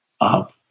up